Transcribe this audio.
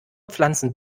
pflanzen